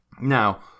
Now